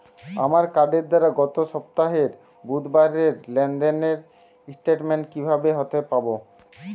আমার কার্ডের দ্বারা গত সপ্তাহের বুধবারের লেনদেনের স্টেটমেন্ট কীভাবে হাতে পাব?